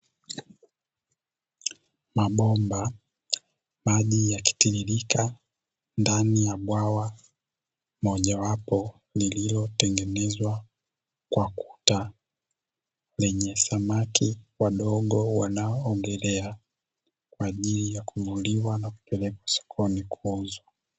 Mabomba, maji yakitiririka ndani ya bwawa mojawapo, lililotengenezwa kwa kuta, lenye samaki wadogo wanaoogelea, kwa ajili ya kununuliwa na kupelekwa sokoni kwa ajili ya kuuzwa.